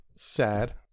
Sad